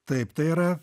taip tai yra